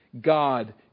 God